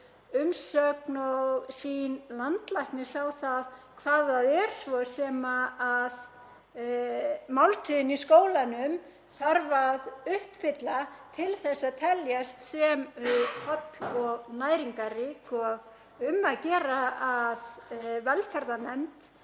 umsögn og sýn landlæknis á það hvað það er svo sem máltíðin í skólanum þarf að uppfylla til að teljast holl og næringarrík og um að gera að velferðarnefnd